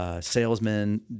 Salesmen